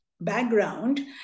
background